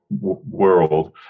world